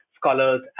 scholars